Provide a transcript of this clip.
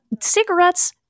cigarettes—